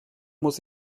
muss